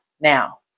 now